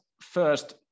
first